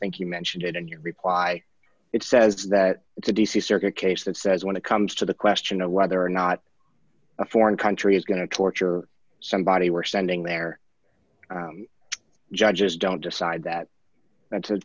think you mentioned it in your reply it says that it's a d c circuit case that says when it comes to the question of whether or not a foreign country is going to torture somebody we're standing there judges don't decide that that's a